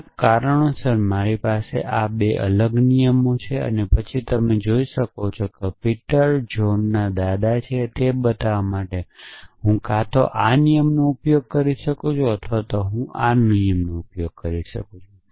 કેટલાક કારણોસર મારી પાસે આ 2 અલગ નિયમ છે પછી તમે જોઈ શકો છો કે પીટર જોહનના દાદા છે તે બતાવવા માટે હું કાં તો આ નિયમનો ઉપયોગ કરી શકું છું અથવા હું આ નિયમનો ઉપયોગ કરી શકું છું